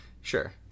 Sure